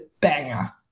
banger